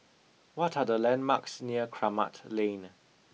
what are the landmarks near Kramat Lane